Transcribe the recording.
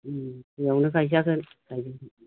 ओम बेयावनो गायजागोन